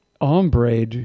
ombre